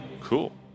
Cool